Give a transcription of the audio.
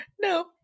No